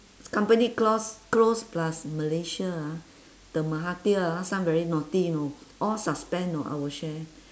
company claws close plus malaysia ah the mahathir ah last time very naughty you know all suspend know our share